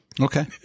Okay